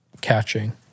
catching